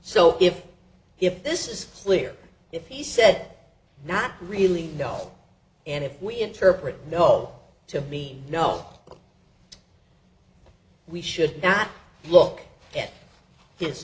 so if he if this is clear if he said not really no and if we interpret no to me no we should not look at this